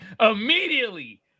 Immediately